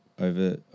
over